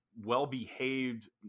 well-behaved